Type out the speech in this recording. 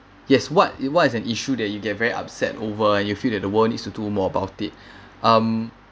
yes what what is an issue that you get very upset over and you feel that the world needs to do more about it um